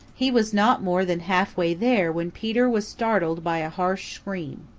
he was not more than halfway there when peter was startled by a harsh scream.